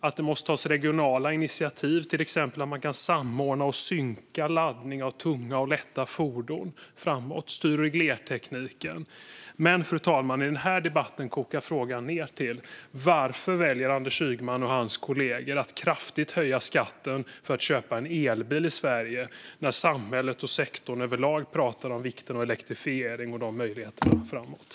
Det måste tas regionala initiativ, till exempel för att samordna och synka laddning av tunga och lätta fordon framöver - styr och reglerteknik. Fru talman! I den här debatten kokar frågan dock ned till varför Anders Ygeman och hans kollegor väljer att kraftigt höja skatten för att köpa en elbil i Sverige när samhället och sektorn överlag pratar om vikten av elektrifiering och de möjligheterna framöver?